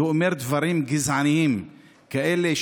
ואומר דברים גזעניים כאלה,